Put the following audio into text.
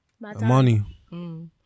Money